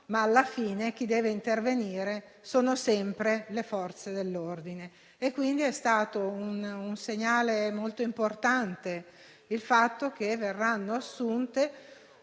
ma alla fine chi deve intervenire sono sempre le Forze dell'ordine. È un segnale molto importante il fatto che verranno assunte